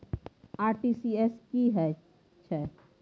RTG S की है छै?